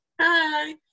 Hi